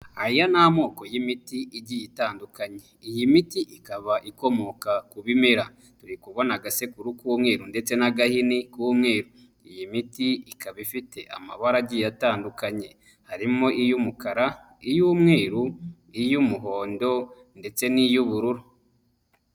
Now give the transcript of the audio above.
Aya ni amoko y'imiti igiye itandukanye iyi miti ikaba ikomoka ku bimera, turi kubona agasekuru k'umweru ndetse n'agahini k'umweru, iyi miti ikaba ifite amabara agiye atandukanye harimo: iy'umukara,, iy'umweru iy'umuhondo ndetse n'iy'ubururu.